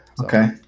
Okay